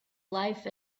life